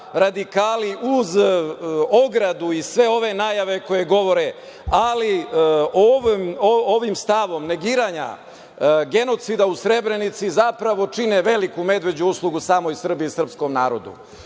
radikali, uz ogradu i sve ove najave koje govore, ali ovim stavom negiranja genocida u Srebrenici zapravo čine veliku medveđu uslugu samoj Srbiji i srpskom narodu.